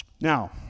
Now